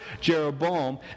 Jeroboam